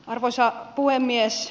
arvoisa puhemies